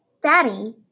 Daddy